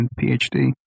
PhD